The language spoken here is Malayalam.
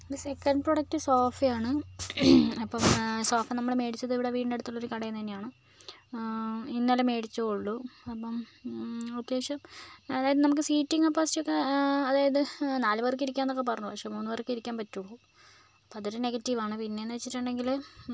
എൻ്റെ സെക്കൻഡ് പ്രോഡക്റ്റ് സോഫയാണ് അപ്പോൾ സോഫ നമ്മൾ മേടിച്ചത് ഇവിടെ വീടിൻ്റടുത്തുള്ള കടയിൽ നിന്ന് തന്നെയാണ് ഇന്നലെ മേടിച്ചതേ ഉള്ളൂ അപ്പം അത്യാവശ്യം അതായത് നമുക്ക് സിറ്റിങ് ക്യാപസിറ്റിയൊക്കെ അതായത് നാലു പേർക്കിരിക്കാം എന്നൊക്കെ പറഞ്ഞു പക്ഷെ മുന്നുപേർക്കേ ഇരിക്കാൻ പറ്റുകയുള്ളൂ അതൊരു നെഗറ്റീവാണ് പിന്നെയെന്നു വെച്ചിട്ടുണ്ടെങ്കിൽ